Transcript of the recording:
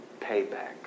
payback